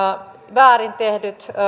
väärin tehdyt